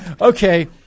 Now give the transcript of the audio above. Okay